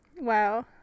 Wow